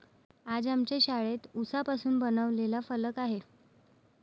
आज आमच्या शाळेत उसापासून बनवलेला फलक आहे